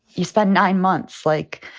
you spend nine months, like,